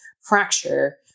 fracture